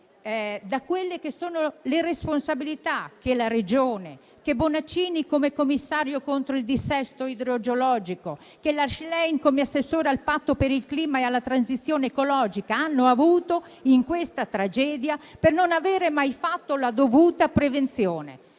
l'attenzione dalle responsabilità che la Regione, che Bonaccini come commissario contro il dissesto idrogeologico, che la Schlein come assessore al Patto per il clima e alla transizione ecologica hanno avuto in questa tragedia per non avere mai fatto la dovuta prevenzione.